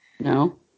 No